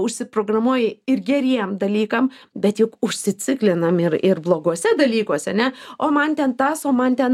užsiprogramuoji ir geriem dalykam bet juk užsiciklinam ir ir bloguose dalykuos ane o man ten tas o man ten